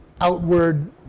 outward